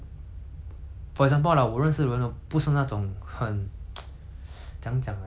很 怎样讲 ah 他们的生命是过得很好的